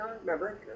Remember